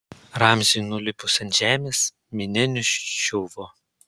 ramziui nulipus ant žemės minia nuščiuvo